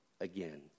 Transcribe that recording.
again